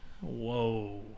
Whoa